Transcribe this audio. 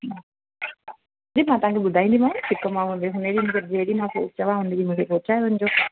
जी मां तव्हांखे ॿुधाईंदी माव न फिको मावो जंहिं ॾींहु मूंखे चवांव उन ॾींहु पहुचाए वञिजो जी